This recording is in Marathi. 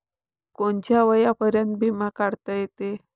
कोनच्या वयापर्यंत बिमा काढता येते?